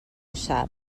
sap